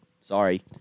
Sorry